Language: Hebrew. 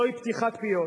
זוהי פתיחת פיות,